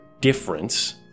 difference